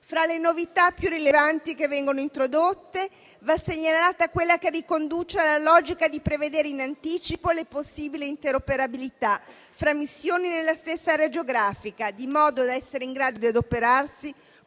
Fra le novità più rilevanti che vengono introdotte, va segnalata quella che riconduce alla logica di prevedere in anticipo le possibili interoperabilità fra missioni nella stessa area geografica, in modo da essere in grado di adoperarsi